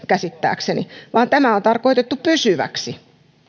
käsittääkseni vaan tämä on tarkoitettu pysyväksi